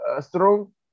strong